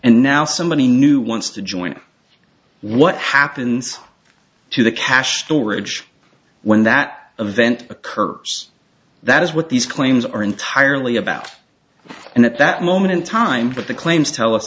and now somebody new wants to join what happens to the cache storage when that event occurs that is what these claims are entirely about and at that moment in time but the claims tell us